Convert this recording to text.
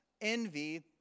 envy